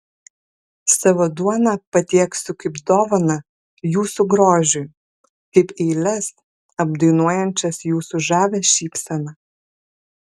savo duoną patieksiu kaip dovaną jūsų grožiui kaip eiles apdainuojančias jūsų žavią šypseną